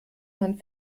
man